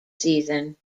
season